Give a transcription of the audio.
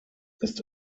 ist